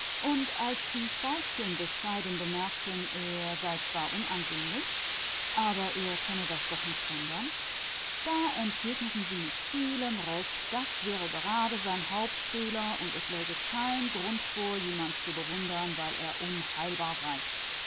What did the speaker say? und als die veilchen bescheiden bemerkten er sei zwar furchtbar häßlich aber es sei doch nicht seine schuld entgegneten sie mit viel vernunft das sei gerade sein hauptfehler und es sei kein grund einen menschen zu bewundern weil er unheilbar sei